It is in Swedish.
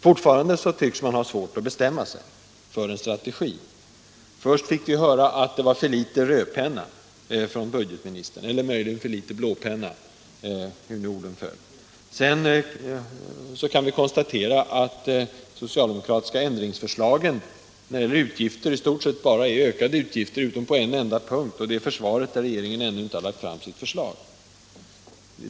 Fortfarande tycks man ha svårt att bestämma sig för en strategi. Först fick vi höra att budgetministern hade använt för litet rödpenna eller blåpenna och släppt igenom för mycket utgifter. Sedan kan vi konstatera att de socialdemokratiska ändringsförslagen, när det gäller utgifter, i stort sett bara innebär en ökning utom på en enda punkt, nämligen beträffande försvaret där regeringen ännu inte har lagt fram sitt förslag.